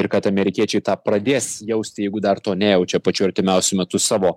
ir kad amerikiečiai tą pradės jausti jeigu dar to nejaučia pačiu artimiausiu metu savo